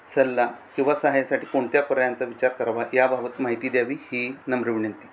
सल्ला किंवा सहाय्यासाठी कोणत्या पर्यायांचा विचार करावा या बाबत माहिती द्यावी ही नम्र विनंती